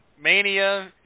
mania